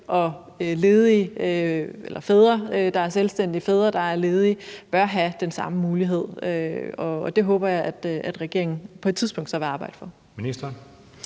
at fædre, der er selvstændige, og fædre, der er ledige, bør have den samme mulighed, og det håber jeg at regeringen på et tidspunkt så vil arbejde for. Kl.